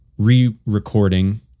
Re-recording